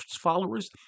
followers